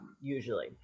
usually